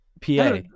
PA